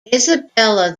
isabella